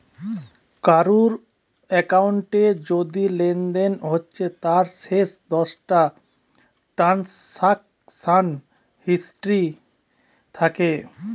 কারুর একাউন্টে যদি লেনদেন হচ্ছে তার শেষ দশটা ট্রানসাকশান হিস্ট্রি থাকে